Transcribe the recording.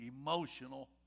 emotional